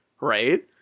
right